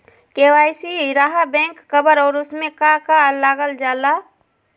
KYC रहा back cover और उसमें का का लागल जाला?